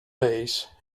base